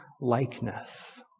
likeness